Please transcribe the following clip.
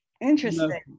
Interesting